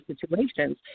situations